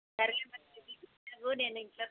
సర్లెమ్మా రేపు నేను ఇంట్లో